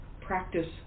practice